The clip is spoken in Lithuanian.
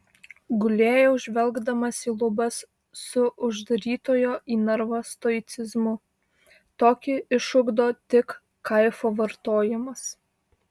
gulėjau žvelgdamas į lubas su uždarytojo į narvą stoicizmu tokį išugdo tik kaifo vartojimas